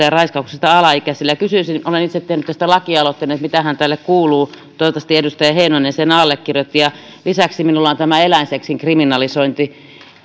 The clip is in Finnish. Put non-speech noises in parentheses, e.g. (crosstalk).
(unintelligible) ja raiskaukset ja kysyisin kun olen itse tehnyt tästä lakialoitteen mitähän tälle kuuluu toivottavasti edustaja heinonen sen allekirjoitti lisäksi minulla on tämä eläinseksin kriminalisointi